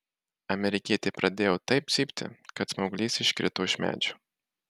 amerikietė pradėjo taip cypti kad smauglys iškrito iš medžio